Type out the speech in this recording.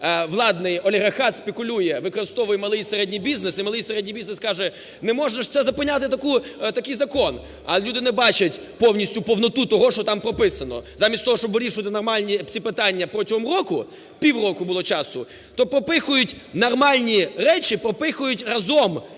владний олігархат спекулює, використовує малий і середній бізнес. І малий і середній бізнес каже: "Не можна ж це зупиняти таку… такий закон". А люди не бачать повністю повноту того, що там прописано. Замість того щоб вирішувати нормальні ці питання протягом року, півроку було часу, то пропихують, нормальні речі пропихують разом